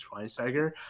Schweinsteiger